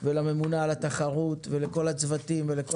ולממונה על התחרות ולכל הצוותים ולכל